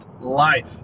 Life